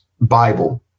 Bible